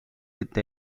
with